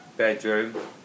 Bedroom